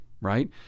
right